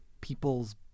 people's